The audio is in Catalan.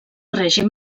règim